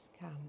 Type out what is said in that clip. come